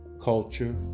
culture